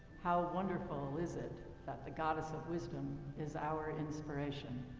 how wonderful is it that the goddess of wisdom is our inspiration.